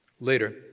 Later